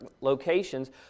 locations